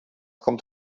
kommt